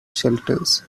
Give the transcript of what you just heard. shelters